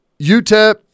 UTEP